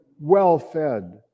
well-fed